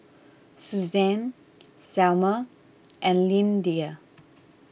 Suzan Selmer and Lyndia